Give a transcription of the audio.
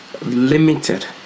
limited